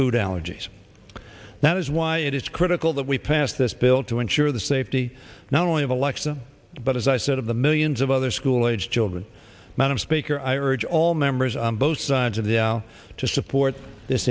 food allergies that is why it is critical that we pass this bill to ensure the safety not only of alexa but as i said of the millions of other school aged children madam speaker i urge all members on both sides of the aisle to support this